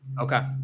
Okay